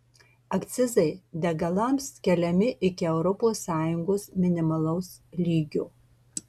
akcizai degalams keliami iki europos sąjungos minimalaus lygio